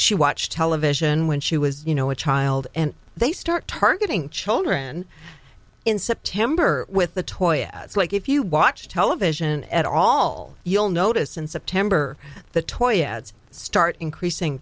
she watched television when she was you know what child and they start targeting children in september with the toy it's like if you watch television at all you'll notice in september the two yeah ads start increasing